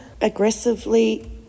aggressively